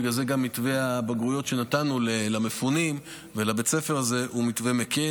בגלל זה גם מתווה הבגרויות שנתנו למפונים ולבית הספר הוא מתווה מקל.